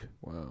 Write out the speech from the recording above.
Wow